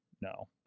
no